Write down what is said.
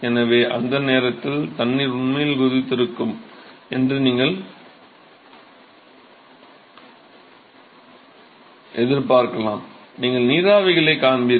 எனவே அந்த நேரத்தில் தண்ணீர் உண்மையில் கொதித்திருக்கும் என்று நீங்கள் எதிர்பார்க்கலாம் நீங்கள் நீராவிகளைக் காண்பீர்கள்